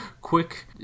quick